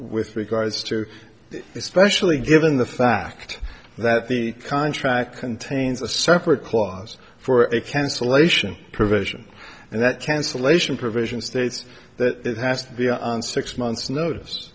with regards to especially given the fact that the contract contains a separate clause for a cancellation provision and that cancellation provision states that has to be on six months notice